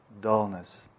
dullness